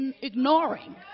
Ignoring